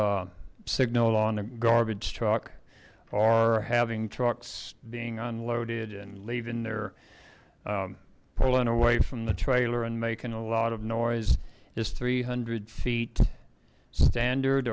signal on a garbage truck or having trucks being unloaded and leaving they're pulling away from the trailer and making a lot of noise is three hundred feet standard